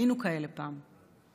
היינו כאלה פעם,